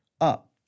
up